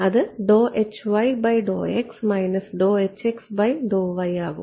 അത് ആകും